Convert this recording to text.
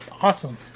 awesome